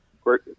great